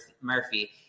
Murphy